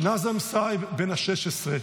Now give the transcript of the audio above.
נאזם סעב, בן 16,